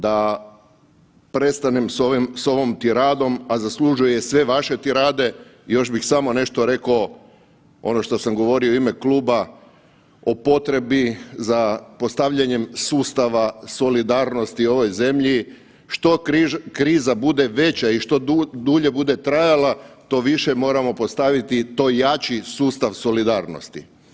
Da prestanem s ovom tiradom, a zaslužuje sve vaše tirade, još bih samo nešto rekao ono što sam govorio u ime kluba o potrebi za postavljanjem sustava solidarnosti u ovoj zemlji, što kriza bude veća i što dulje bude trajala to više moramo postaviti to jači sustav solidarnosti.